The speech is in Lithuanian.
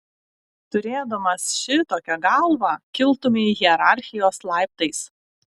turėdamas šitokią galvą kiltumei hierarchijos laiptais